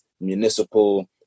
municipal